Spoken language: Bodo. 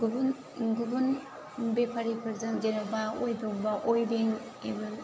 गुबुन गुबुन बेफारिफोरजों जेन'बा उइबुबाव उइबिं इबो